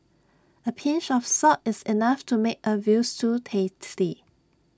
A pinch of salt is enough to make A Veal Stew tasty